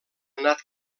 anat